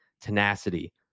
tenacity